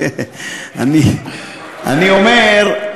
אני אומר,